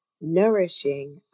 nourishing